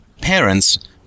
parents